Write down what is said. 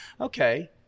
okay